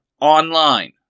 Online